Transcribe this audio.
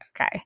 okay